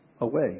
away